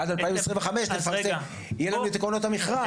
עד 2025 יהיה לנו את עקרונות המכרז.